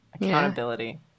Accountability